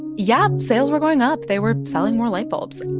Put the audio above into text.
yeah, sales were going up. they were selling more light bulbs.